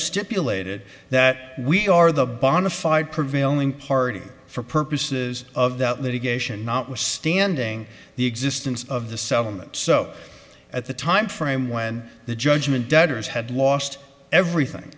stipulated that we are the bonafide prevailing party for purposes of that litigation notwithstanding the existence of the settlement so at the time frame when the judgment debtors had lost everything